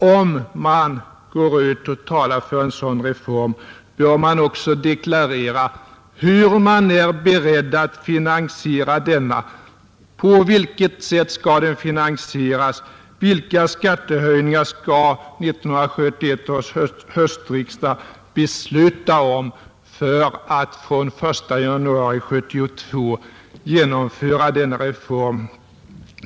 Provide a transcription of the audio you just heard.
Om man går ut och talar för en sådan reform, bör man deklarera på vilket sätt man är beredd att finsiera den och vilka skattehöjningar 1971 års höstriksdag skall besluta om för att den 1 januari 1972 kunna genomföra denna reform.